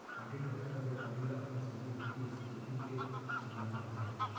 audit होथे त बेपारी ल अपन सहीं बित्तीय इस्थिति के गियान होथे